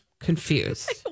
confused